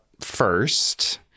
first